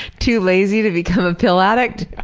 too lazy to become a pill addict?